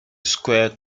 square